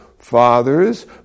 Fathers